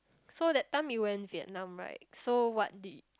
so that time we went Vietnam right so what did